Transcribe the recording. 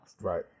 Right